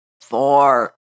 four